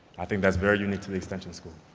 i think that's very unique to the extension school.